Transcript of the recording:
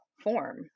form